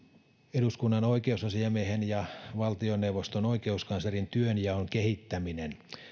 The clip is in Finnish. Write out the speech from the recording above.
eduskunnan oikeusasiamiehen ja valtioneuvoston oikeuskanslerin työnjaon kehittäminen